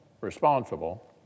responsible